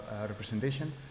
representation